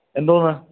എന്തോന്ന്